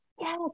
Yes